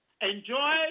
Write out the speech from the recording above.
enjoy